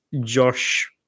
Josh